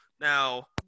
Now –